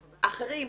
אחרים,